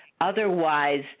Otherwise